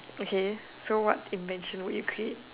okay so what invention would you create